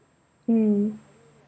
mm